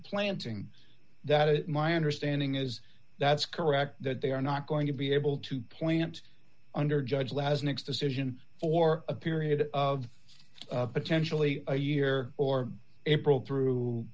planting that it my understanding is that's correct that they are not going to be able to plant under judge laz next decision for a period of potentially a year or april through